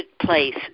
place